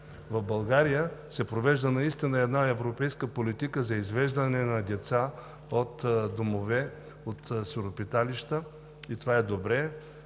В България се провежда една европейска политика за извеждането на деца от домове, от сиропиталища – това е добре